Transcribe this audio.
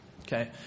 Okay